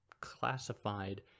classified